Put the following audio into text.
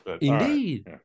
Indeed